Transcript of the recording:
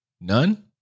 None